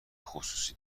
خصوصی